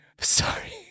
Sorry